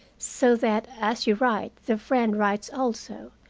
so that as you write the friend writes also,